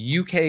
uk